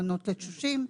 מעונות תשושים.